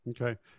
Okay